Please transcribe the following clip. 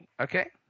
okay